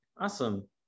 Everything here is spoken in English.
Awesome